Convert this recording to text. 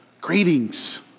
greetings